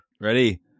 Ready